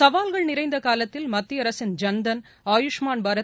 சவால்கள் நிறைந்த காலத்தில் மத்திய அரசின் ஜன்தன் ஆயுஷ்மான் பாரத்